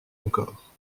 encore